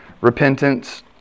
repentance